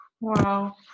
Wow